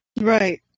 Right